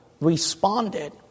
responded